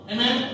Amen